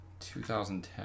2010